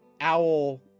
owl